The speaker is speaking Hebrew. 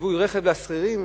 בשווי רכב לשכירים?